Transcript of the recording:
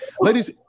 ladies